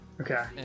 Okay